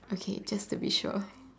okay just to be sure